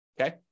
okay